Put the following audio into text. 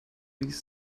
these